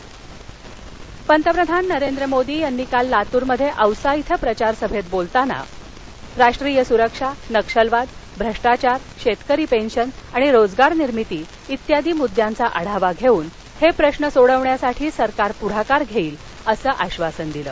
मोदी लातूर पंतप्रधान नरेंद्र मोदी यांनी काल लातूरमध्याञीसा इथं प्रचारसभातीबोलताना राष्ट्रीय सुरक्षा नक्षलवाद भ्रष्टाचार शस्किरी पस्तिन आणि रोजगार निर्मिती इत्यादी मुद्यांचा आढावा घस्तिन हत्रिश्र सोडवण्यासाठी सरकार पुढाकार घर्इने असं आधासन दिलं